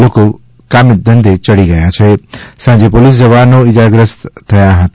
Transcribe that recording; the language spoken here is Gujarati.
લોકો કામે ધંધે ચડી ગયા સાંજે પોલીસ જવાનો ઇજાગ્રસ્ત થયા હતા